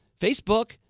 Facebook